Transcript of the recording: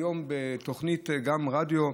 היום בתוכנית הרדיו,